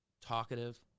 talkative